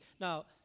Now